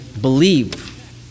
believe